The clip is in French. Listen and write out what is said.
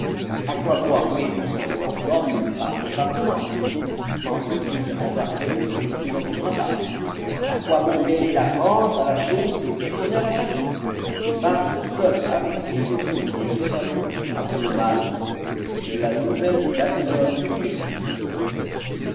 a quoi bon armer vos cinq cents hommes par département entreprise hasardeuse et qui n'en finira pas a quoi bon mêler la france à la chose qui est personnelle à paris paris seul avec ses journaux et ses salons a fait le mal que la nouvelle babylone périsse